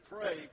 pray